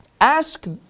ask